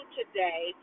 today